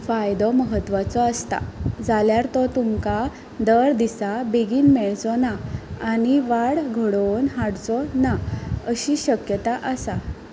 फायदो महत्वाचो आसता जाल्यार तो तुमकां दर दिसा बेगीन मेळचो ना आनी वाद घडोवन हाडचो ना अशी शक्यता आसा